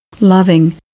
Loving